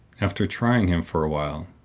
after trying him for a while,